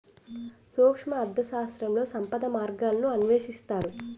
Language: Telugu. సూక్ష్మ అర్థశాస్త్రంలో సంపద మార్గాలను అన్వేషిస్తారు